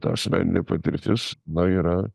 ta asmeninė patirtis na yra